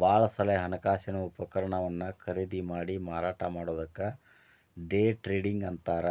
ಭಾಳ ಸಲೆ ಹಣಕಾಸಿನ ಉಪಕರಣವನ್ನ ಖರೇದಿಮಾಡಿ ಮಾರಾಟ ಮಾಡೊದಕ್ಕ ಡೆ ಟ್ರೇಡಿಂಗ್ ಅಂತಾರ್